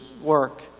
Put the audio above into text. work